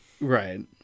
right